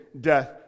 death